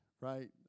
right